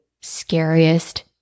scariest